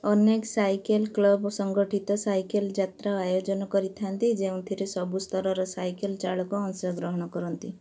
ଅନେକ cycle club ସଙ୍ଗଠିତ cycle ଯାତ୍ରା ଆୟୋଜନ କରିଥାନ୍ତି ଯେଉଁଥିରେ ସବୁ ସ୍ତରର ସାଇକେଲ ଚାଳକ ଅଂଶଗ୍ରହଣ କରନ୍ତି